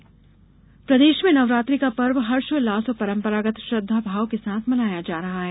नवरात्रि प्रदेश में नवरात्रि का पर्व हर्षोल्लास परंपरागत और श्रद्धा भाव के साथ मनाया जा रहा है